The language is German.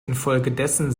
infolgedessen